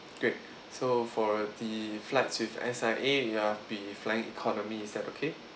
great so for the flights with S_I_A you have to be flying economy is that okay